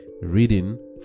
reading